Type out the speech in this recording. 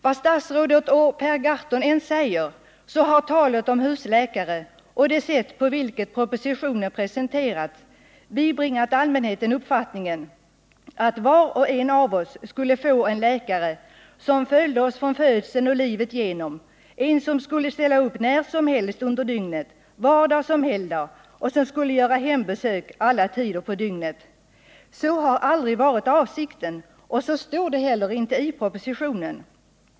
Vad statsrådet och Per Gahrton än säger, så har talet om husläkare och det sätt på vilket propositionen presenterats bibringat allmänheten uppfattningen att var och en av oss skulle få en läkare som följde oss från födseln och livet igenom, en som skulle ställa upp när som helst under dygnet, vardag som helgdag, och som skulle göra hembesök alla tider på dygnet. Så har aldrig varit avsikten, och så står det heller inte i propositionen.